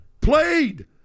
played